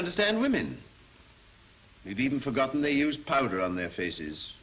understand women even forgotten they used powder on their faces